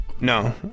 No